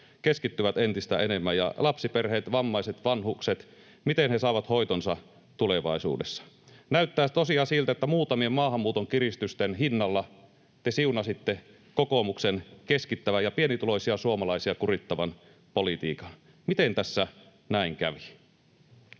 keskittyvät entistä enemmän. Miten lapsiperheet, vammaiset, vanhukset saavat hoitonsa tulevaisuudessa? Näyttää tosiaan siltä, että muutamien maahanmuuton kiristysten hinnalla te siunasitte kokoomuksen keskittävän ja pienituloisia suomalaisia kurittavan politiikan. Miten tässä näin kävi?